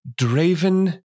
Draven